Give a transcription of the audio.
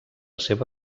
seva